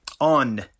on